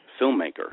filmmaker